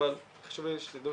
אבל חשוב לי שתדעו